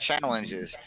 challenges